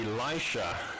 Elisha